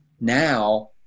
Now